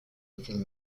within